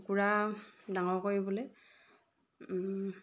কুকুৰা ডাঙৰ কৰিবলৈ